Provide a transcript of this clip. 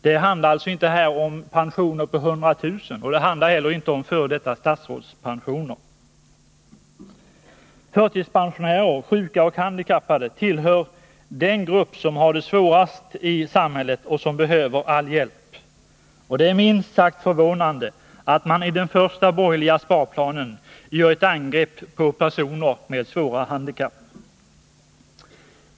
Det handlar alltså inte om pensioner på 100 000 kr. och inte heller om f. d. statsråds pensioner. | Förtidspensionärer, sjuka och handikappade tillhör den grupp som har det svårast i samhället och som behöver all hjälp. Det är minst sagt förvånande att man i den första borgerliga sparplanen gör ett angrepp på personer med svåra handikapp.